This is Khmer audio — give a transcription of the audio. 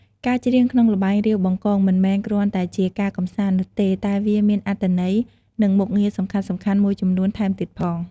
ការច្រៀងក្នុងល្បែង រាវបង្កង មិនមែនគ្រាន់តែជាការកម្សាន្តនោះទេ តែវាមានអត្ថន័យ និងមុខងារសំខាន់ៗមួយចំនួនថែមទៀតផង។